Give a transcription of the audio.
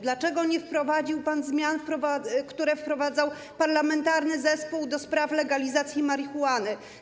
Dlaczego nie wprowadził pan zmian, które proponował Parlamentarny Zespół ds. Legalizacji Marihuany?